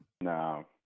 No